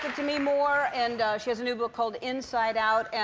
demi moore and she has a new book called inside out.